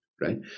right